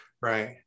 Right